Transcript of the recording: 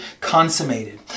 consummated